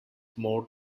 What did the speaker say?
mode